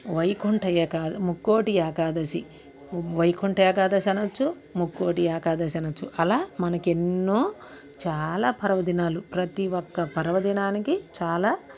వైకుంఠ ఏకాద ముక్కోటి ఏకాదశి వైకుంఠ ఏకాదశి అనొచ్చు ముక్కోటి ఏకాదశి అనొచ్చు అలా మనకెన్నో చాలా పర్వదినాలు ప్రతీ ఒక్క పర్వదినానికి చాలా